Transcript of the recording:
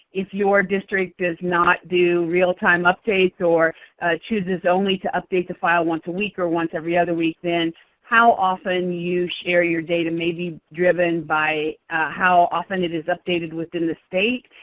if your district does not do real-time updates or chooses only to update the file once a week or once every other week, then how often you share your data may be driven by how often it is updated within the state.